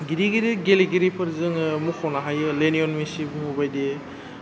गिदिर गिदिर गेलेगिरिफोर जोङो मख'नो हायो लियनेन मेसिबो बायदि